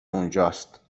اونجاست